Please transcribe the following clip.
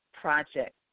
project